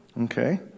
Okay